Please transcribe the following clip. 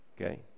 Okay